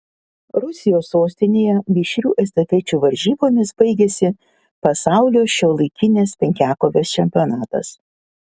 rusijos sostinėje mišrių estafečių varžybomis baigėsi pasaulio šiuolaikinės penkiakovės čempionatas